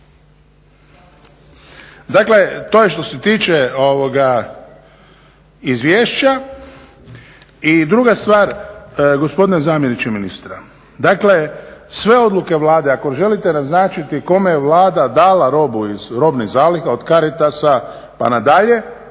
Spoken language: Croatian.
Dakle to je što se tiče izvješća. I druga stvar gospodine zamjeniče ministra, dakle sve odluke Vlade ako želite naznačiti kome je Vlada dala robu iz robnih zaliha, od Caritasa pa nadalje